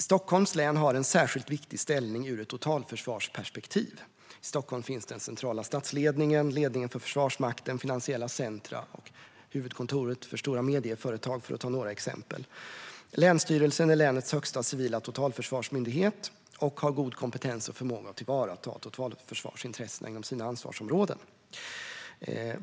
Stockholms län har en särskilt viktig ställning ur ett totalförsvarsperspektiv. I Stockholm finns den centrala statsledningen, ledningen för Försvarsmakten, finansiella centrum och huvudkontoret för stora medieföretag - för att ta några exempel. Länsstyrelsen är länets högsta civila totalförsvarsmyndighet och har god kompetens och förmåga att tillvarata totalförsvarsintressena inom sitt ansvarsområde.